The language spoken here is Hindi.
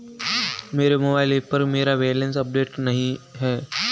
मेरे मोबाइल ऐप पर मेरा बैलेंस अपडेट नहीं है